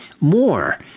more